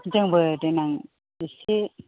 जोंबो देनां एसे